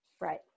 Right